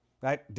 Right